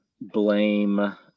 blame